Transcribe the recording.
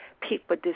people